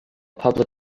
public